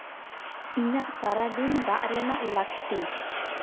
ᱤᱧᱟᱹᱜ ᱥᱟᱨᱟᱫᱤᱱ ᱫᱟᱜ ᱨᱮᱱᱟᱜ ᱞᱟᱹᱠᱛᱤ